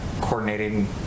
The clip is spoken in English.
coordinating